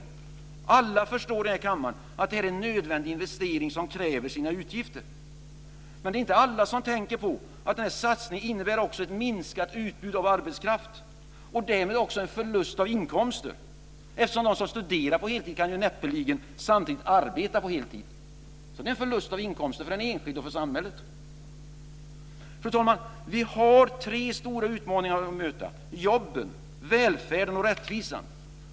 Alla här i kammaren förstår att det är en nödvändig investering som kräver sina utgifter. Men det är inte alla som tänker på att den satsningen också innebär ett minskat utbud av arbetskraft och därmed en förlust av inkomster. De som studerar på heltid kan näppeligen arbeta heltid samtidigt. Det är en förlust av inkomster, för den enskilde och för samhället. Fru talman! Vi har tre stora utmaningar att möta: jobben, välfärden och rättvisan.